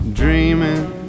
dreaming